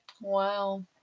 Wow